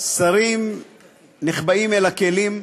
שרים נחבאים אל הכלים,